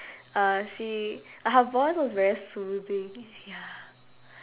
uh she like her voice was very soothing ya